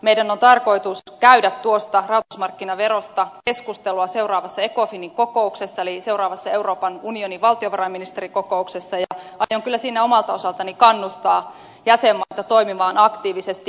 meidän on tarkoitus käydä tuosta rahoitusmarkkinaverosta keskustelua seuraavassa ecofinin kokouksessa eli seuraavassa euroopan unionin valtiovarainministerikokouksessa ja aion kyllä siinä omalta osaltani kannustaa jäsenmaita toimimaan aktiivisesti